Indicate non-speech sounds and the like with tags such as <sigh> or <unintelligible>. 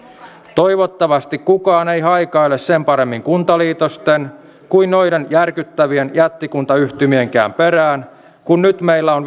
toivottavasti kukaan ei haikaile sen paremmin kuntaliitosten kuin noiden järkyttävien jättikuntayhtymienkään perään kun nyt meillä on <unintelligible>